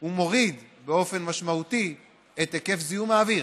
הוא מוריד באופן משמעותי את היקף זיהום האוויר,